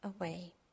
away